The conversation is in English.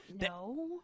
no